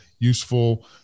Useful